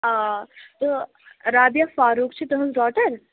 آ تہٕ رابیا فاروق چھِ تُہٕنز ڈاٹر